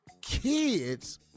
Kids